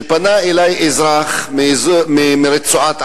שפנה אלי אזרח מרצועת-עזה,